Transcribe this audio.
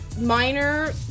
minor